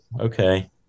Okay